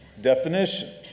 definition